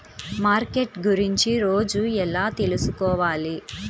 Market గురించి రోజు ఎలా తెలుసుకోవాలి?